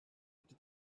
into